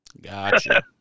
Gotcha